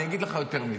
אני אגיד לך יותר מזה.